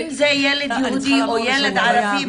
אם זה ילד יהודי או ילד ערבי,